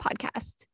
Podcast